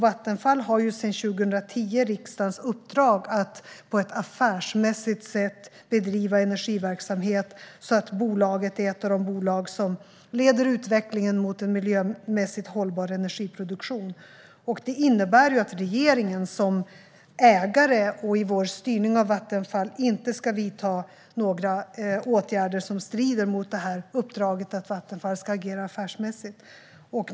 Vattenfall har sedan 2010 riksdagens uppdrag att på affärsmässigt sätt bedriva energiverksamhet så att bolaget är ett av de bolag som leder utvecklingen mot en miljömässigt hållbar energiproduktion. Det innebär att regeringen som ägare i vår styrning av Vattenfall inte ska vidta några åtgärder som strider mot uppdraget att Vattenfall ska agera affärsmässigt.